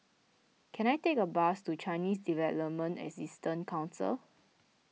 can I take a bus to Chinese Development Assistance Council